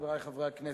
חברי חברי הכנסת,